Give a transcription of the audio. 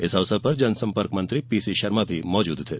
इस अवसर पर जनसम्पर्क मंत्री पीसी शर्मा भी मौजूद थे